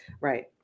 Right